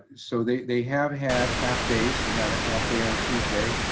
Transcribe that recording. so they they have had half days, they had a half day on tuesday,